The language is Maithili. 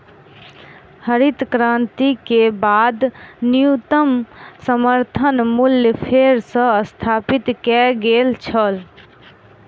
हरित क्रांति के बाद न्यूनतम समर्थन मूल्य फेर सॅ स्थापित कय गेल छल